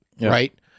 right